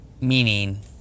Meaning